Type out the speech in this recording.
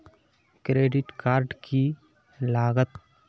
Credit card की लागत?